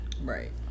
Right